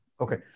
Okay